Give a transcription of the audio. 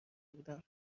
بودم